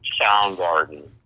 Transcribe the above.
Soundgarden